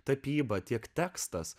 tapyba tiek tekstas